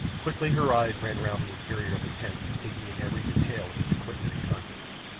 quickly her eyes ran round the interior of the tent, taking in every detail of its equipment and contents.